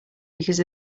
because